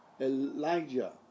Elijah